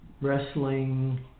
Wrestling